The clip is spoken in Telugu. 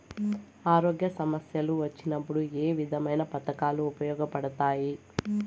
ఆరోగ్య సమస్యలు వచ్చినప్పుడు ఏ విధమైన పథకాలు ఉపయోగపడతాయి